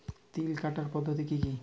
তিল কাটার পদ্ধতি কি কি?